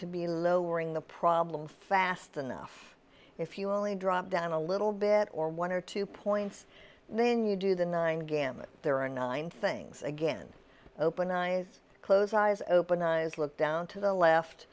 to be lowering the problem fast enough if you only drop down a little bit or one or two points then you do the nine gamut there are nine things again open eyes closed eyes open eyes look down to the left